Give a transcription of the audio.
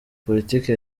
politiki